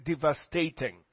devastating